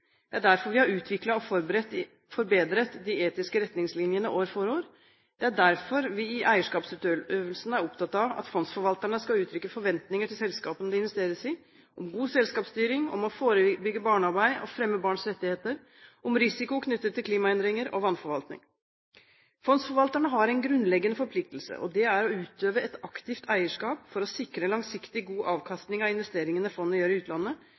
Det er derfor vi har utviklet og forbedret de etiske retningslinjene år for år. Det er derfor vi i eierskapsutøvelsen er opptatt av at fondsforvalterne skal uttrykke forventninger til selskapene det investeres i – om god selskapsstyring, om å forebygge barnearbeid og fremme barns rettigheter, om risiko knyttet til klimaendringer og vannforvaltning. Fondsforvalterne har en grunnleggende forpliktelse, og det er å utøve et aktivt eierskap for å sikre langsiktig, god avkastning av investeringene fondet gjør i utlandet,